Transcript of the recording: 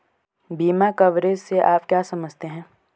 बीमा कवरेज से आप क्या समझते हैं?